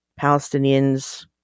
Palestinians